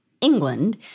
England